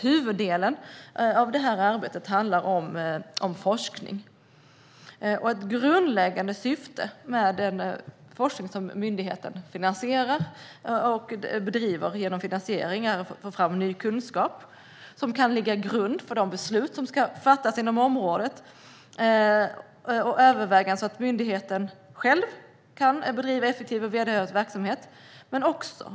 Huvuddelen av detta arbete handlar om forskning. Ett grundläggande syfte med den forskning som myndigheten finansierar och bedriver genom finansiering är att få fram ny kunskap, som kan ligga till grund för de beslut som ska fattas inom området och bidra till att myndigheten själv kan bedriva effektiv verksamhet.